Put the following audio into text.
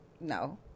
no